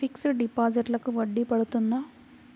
Fixed డిపాజిట్లకు వడ్డీ పడుతుందా?